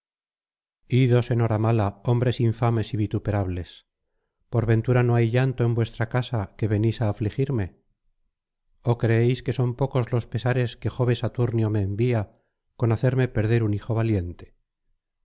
idos enhoramala hombres infames y vituperables por ventura no hay llanto en vuestra casa que venís á afligirme o creéis que son pocos los pesares que jove saturnio me envía con hacerme perder un hijo valiente